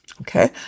Okay